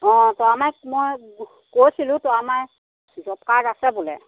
অ তৰামাইক মই কৈছিলোঁ তৰামাইৰ জব কাৰ্ড আছে বোলে